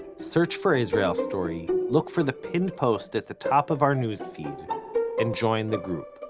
search for israel story, look for the pinned post at the top of our news feed and join the group.